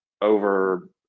over